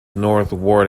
northward